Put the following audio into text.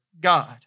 God